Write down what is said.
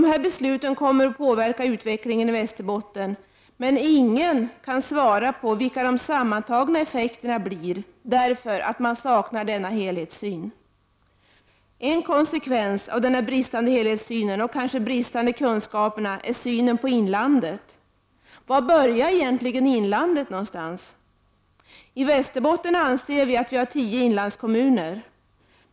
Dessa beslut kommer att påverka utvecklingen i Västerbotten, men ingen kan svara på vilka de sammantagna effekterna blir, därför att man saknar en helhetssyn. En konsekvens av denna bristande helhetssyn och kanske av bristande kunskaper är synen på inlandet. Var börjar egentligen inlandet? I Västerbotten anser vi att vi har tio inlandskommuner.